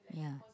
yeah